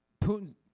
putin